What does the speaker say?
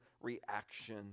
reaction